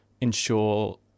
ensure